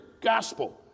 Gospel